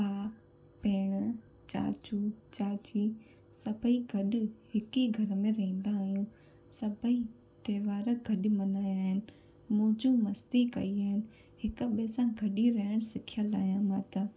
भाउ भेणु चाचू चाची सभई गॾु हिकु ई घर में रहिंदा आहियूं सभई त्योहार गॾु मल्हाया आहिनि मौज मस्ती कई आहिनि हिक ॿिए सां गॾु ई रहणु सिखियलु आहियां मां